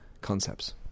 concepts